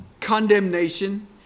Condemnation